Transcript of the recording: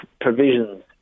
provisions